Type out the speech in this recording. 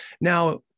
Now